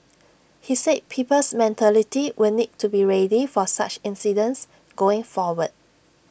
he said people's mentality will need to be ready for such incidents going forward